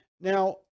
Now